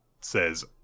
says